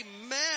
Amen